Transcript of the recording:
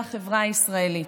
שידעה החברה הישראלית.